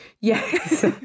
Yes